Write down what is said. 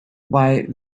why